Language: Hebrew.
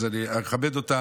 אז אני אכבד אותה.